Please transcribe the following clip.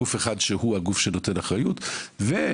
גוף אחד שהוא הגוף שנותן אחריות וכמו